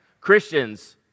Christians